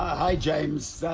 ah hi, james.